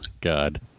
God